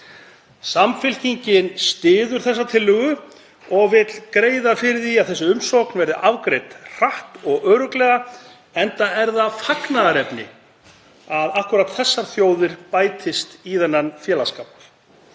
Samfylkingin styður þessa tillögu og vill greiða fyrir því að þessi umsókn verði afgreidd hratt og örugglega, enda er það fagnaðarefni að akkúrat þessar þjóðir bætist í þennan félagsskap.